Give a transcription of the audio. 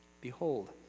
Behold